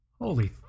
Holy